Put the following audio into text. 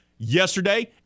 Yesterday